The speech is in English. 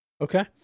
Okay